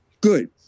Good